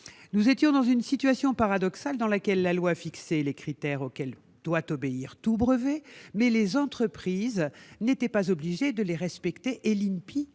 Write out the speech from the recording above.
nous étions dans une situation paradoxale, dans laquelle la loi fixait les critères auxquels doit obéir tout brevet, mais les entreprises n'étaient pas obligées de les respecter et l'INPI